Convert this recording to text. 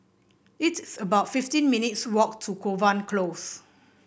it's about fifteen minutes' walk to Kovan Close